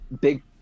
big